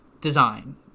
design